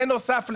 בנוסף לזה,